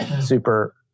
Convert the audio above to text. super